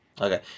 Okay